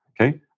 Okay